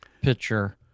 pitcher